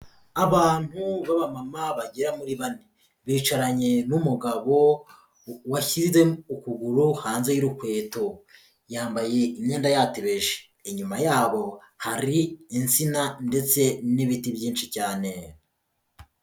Abantu b'amama bagera muri bane, bicaranye n'umugabo washyizede ukuguru hanze y'urukweto, yambaye imyenda yatebeje, inyuma yabo hari insina ndetse n'ibiti byinshi cyane.